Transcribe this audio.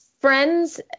friends